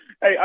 Hey